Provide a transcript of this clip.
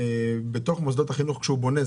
בתוך מוסדות החינוך כשהוא בונה,